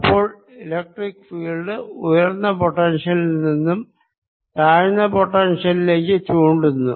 അപ്പോൾ electric field ഉയർന്ന പൊട്ടൻഷ്യലിൽ നിന്നും താഴ്ന്ന പൊട്ടൻഷ്യലിലേക്ക് ചൂണ്ടുന്നു